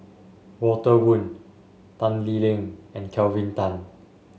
Walter Woon Tan Lee Leng and Kelvin Tan